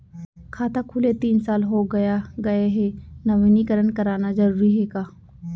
खाता खुले तीन साल हो गया गये हे नवीनीकरण कराना जरूरी हे का?